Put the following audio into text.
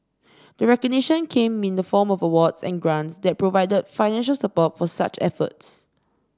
the recognition came in the form of awards and grants that provide financial support for such efforts